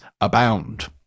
abound